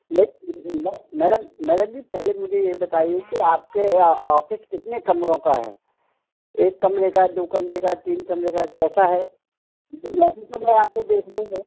नहीं मैडम जी पहले मुझे यह बताइए कि आपके ऑफ़िस कितने कमरों का है एक कमरे का है दो कमरे का है तीन कमरे का कैसा है बाक़ी तो मैं आकर देख ही लूँगा